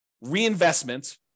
reinvestment